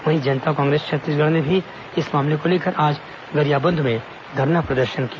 वहीं जनता कांग्रेस छत्तीसगढ़ ने इस मामले को लेकर आज गरियाबंद में धरना प्रदर्शन किया